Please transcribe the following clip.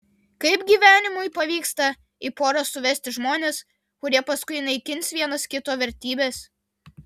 kaip gyvenimui pavyksta į porą suvesti žmones kurie paskui naikins vienas kito vertybes